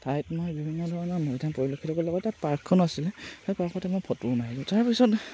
ঠাইত মই বিভিন্ন ধৰণৰ মূলধান পৰিলক্ষিত কৰিব লগতে পাৰ্কখনো আছিলে সেই পাৰ্কতে মই ফটোও মাৰিলোঁ তাৰপিছত